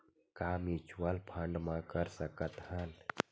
का mutual fund म कर सकत हन?